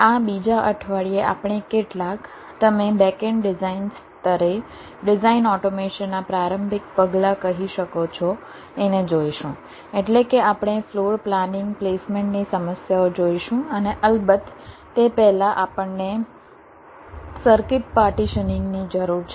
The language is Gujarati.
આ બીજા અઠવાડિયે આપણે કેટલાક તમે બેકએન્ડ ડિઝાઇન સ્તરે ડિઝાઇન ઓટોમેશન ના પ્રારંભિક પગલાં કહી શકો છો એને જોઈશું એટલે કે આપણે ફ્લોર પ્લાનિંગ પ્લેસમેન્ટ ની સમસ્યાઓ જોઈશું અને અલબત્ત તે પહેલાં આપણને સર્કિટ પાર્ટીશનીંગ ની જરૂર છે